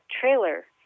trailer